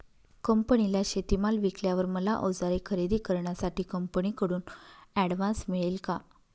कंपनीला शेतीमाल विकल्यावर मला औजारे खरेदी करण्यासाठी कंपनीकडून ऍडव्हान्स मिळेल का?